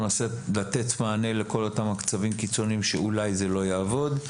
אנחנו ננסה לתת מענה לכל אותם מצבים קיצוניים שאולי זה לא יעבוד.